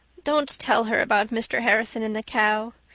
don't tell her about mr. harrison and the cow,